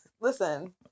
Listen